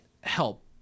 help